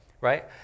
right